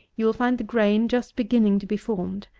you will find the grain just beginning to be formed,